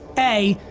a,